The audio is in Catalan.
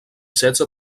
setze